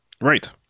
right